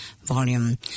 volume